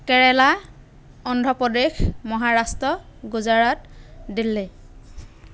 Kerala Andhra Pradesh Maharashtra Gujarat Delhi